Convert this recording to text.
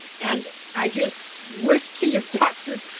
and i just wish to you, dr.